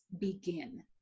begin